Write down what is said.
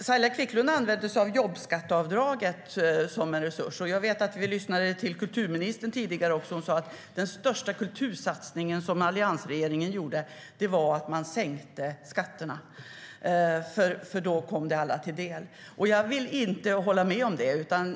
Saila Quicklund tog upp jobbskatteavdraget som en resurs. Vi lyssnade tidigare till kulturministern. Hon sa: Den största kultursatsningen som alliansregeringen gjorde var att man sänkte skatterna, för det skulle komma alla del. Jag håller inte med om det.